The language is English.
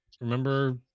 remember